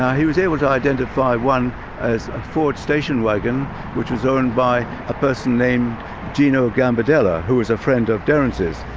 he was able to identify one as a ford station wagon which was owned by a person named gino gambardella, who was a friend of derrance's.